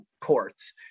courts